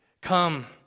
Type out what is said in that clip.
come